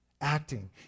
acting